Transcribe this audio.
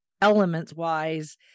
elements-wise